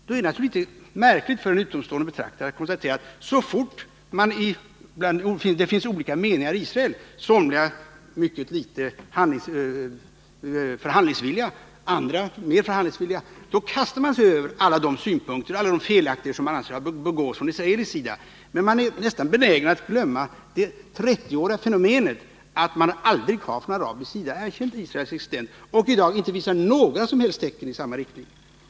Då är det naturligtvis litet märkligt för en utomstående betraktare att konstatera att så fort det finns olika meningar i Israel — somliga är föga förhandlingsvilliga, andra är mer förhandlingsvilliga — kastar man sig över alla de felaktigheter som man anser begås från israelisk sida. Men man är nästan benägen att glömma det 30-åriga fenomenet att Israel aldrig erkänts från arabisk sida och att det i dag inte visas några tecken i riktning mot ett erkännande.